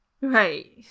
right